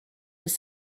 dydd